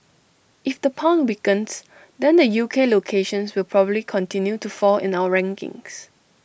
if the pound weakens then the U K locations will probably continue to fall in our rankings